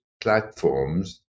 platforms